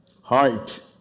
heart